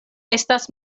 estas